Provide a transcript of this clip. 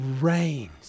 rains